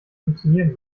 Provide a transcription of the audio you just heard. funktionieren